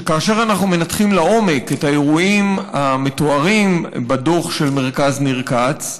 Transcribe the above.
שכאשר אנחנו מנתחים לעומק את האירועים המתוארים בדוח של מרכז ניר כץ,